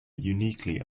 uniquely